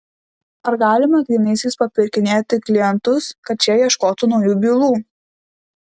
ar galima grynaisiais papirkinėti klientus kad šie ieškotų naujų bylų